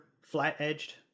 flat-edged